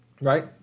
right